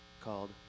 called